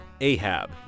Ahab